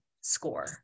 score